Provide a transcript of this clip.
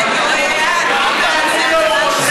תפנה לוועדת האתיקה.